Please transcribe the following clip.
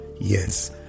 Yes